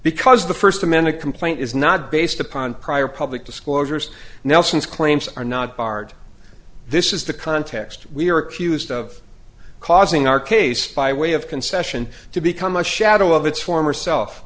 because the first amended complaint is not based upon prior public disclosures nelson's claims are not barred this is the context we're accused of call in our case by way of concession to become a shadow of its former self